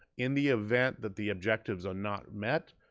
in the event that the objectives are not met,